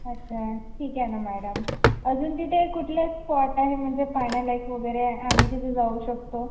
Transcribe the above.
अच्छा ठीक आहे ना मॅडम अजून तिथे कुठले स्पॉट आहे म्हणजे पाहण्यालायक वगैरे आम्ही तिथे जाऊ शकतो